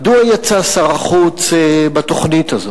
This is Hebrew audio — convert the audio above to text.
מדוע יצא שר החוץ בתוכנית הזאת?